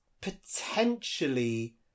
potentially